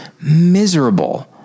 miserable